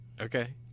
Okay